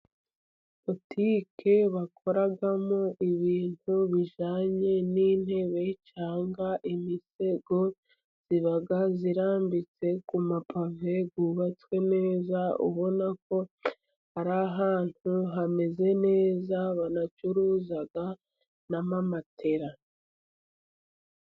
Butike bakoramo ibintu bijyanye n'intebe cyangwa imisego iba irambitse ku mapave yubatswe neza, ubona ko ari ahantu hameze neza, banacuruza n'amamatera.